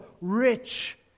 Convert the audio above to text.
rich